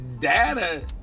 data